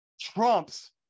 trumps